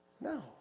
No